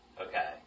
Okay